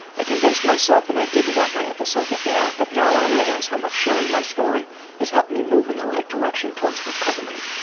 i convinced myself that i didn't want my episode to air, but now i realize how much sharing my story has helped me move in the right direction towards recovery.